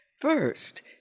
First